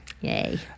Yay